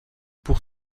pour